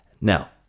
Now